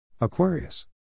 Aquarius